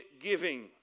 giving